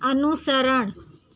અનુસરણ